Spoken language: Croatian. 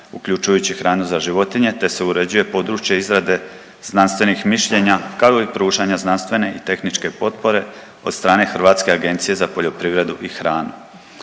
uključujući hranu za životinje te se uređuje područje izrade znanstvenih mišljenja kao i pružanja znanstvene i tehničke potpore od stane Hrvatske agencije za poljoprivredu i hranu.